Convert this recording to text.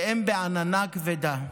והם בעננה כבדה.